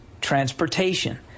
transportation